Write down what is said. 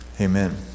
Amen